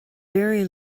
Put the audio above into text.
very